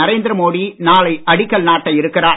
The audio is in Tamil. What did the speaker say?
நரேந்திர மோடி நாளை அடிக்கல் நாட்ட இருக்கிறார்